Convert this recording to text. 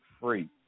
free